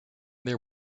there